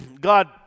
God